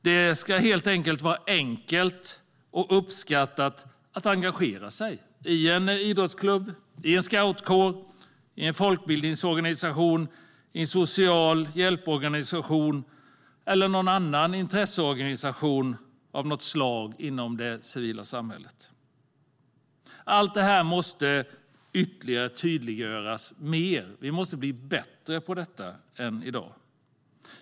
Det ska vara enkelt och uppskattat att engagera sig i en idrottsklubb, en scoutkår, en folkbildningsorganisation, en social hjälporganisation, en intresseorganisation eller en annan organisation av något slag inom det civila samhället. Allt detta måste tydliggöras mer. Vi måste bli bättre på detta än vi är i dag.